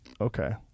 Okay